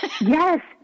Yes